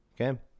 Okay